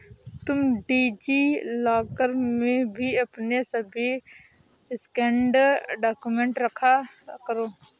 तुम DigiLocker में ही अपने सभी स्कैंड डाक्यूमेंट रखा करो